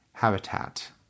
habitat